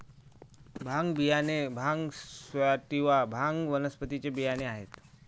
भांग बियाणे भांग सॅटिवा, भांग वनस्पतीचे बियाणे आहेत